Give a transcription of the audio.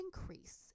increase